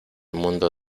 mundo